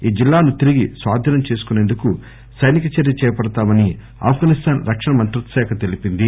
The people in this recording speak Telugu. ఈ జిల్లాను తిరిగి స్వాధీనం చేసుకుసేందుకు సైనిక చర్య చేపడతామని అప్ఘనిస్థాన్ రక్షణ మంత్రిత్వశాఖ తెలీపింది